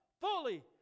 fully